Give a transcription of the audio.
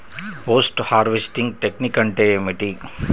Post harvesting technique అంటే ఏమిటీ?